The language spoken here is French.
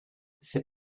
c’est